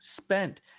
spent